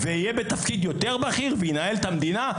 יהיה בתפקיד יותר בכיר וינהל את המדינה?